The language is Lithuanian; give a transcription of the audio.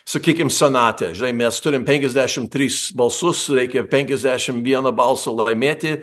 sakykim senate žinai mes turim penkiasdešim tris balsus reikia penkiasdešim vieno balso laimėti